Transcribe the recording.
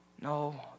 No